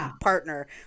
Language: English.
partner